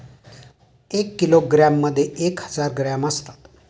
एक किलोग्रॅममध्ये एक हजार ग्रॅम असतात